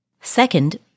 Second